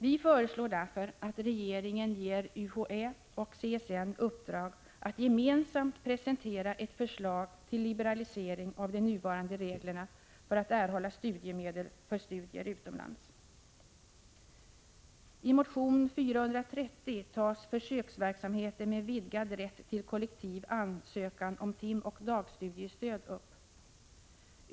Vi föreslår därför att regeringen ger UHÄ och CSN i uppdrag att gemensamt presentera ett förslag till liberalisering av de nuvarande reglerna för att erhålla studiemedel för studier utomlands. I motion 430 tas försöksverksamheten med vidgad rätt till kollektiv ansökan om timoch dagstudiestöd upp.